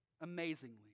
amazingly